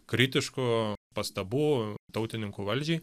kritiškų pastabų tautininkų valdžiai